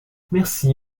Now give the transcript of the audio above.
merci